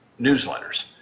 newsletters